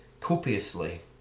copiously